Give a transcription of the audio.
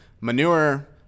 manure